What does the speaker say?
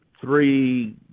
three